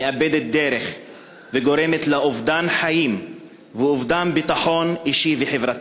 מאבדת דרך וגורמת לאובדן חיים ואובדן ביטחון אישי וחברתי.